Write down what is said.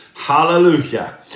hallelujah